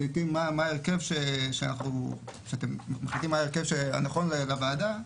--- מחליטים מה ההרכב שאתם מחליטים שנכון לוועדה,